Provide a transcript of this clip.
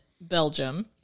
Belgium